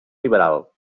liberal